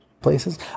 places